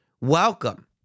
welcome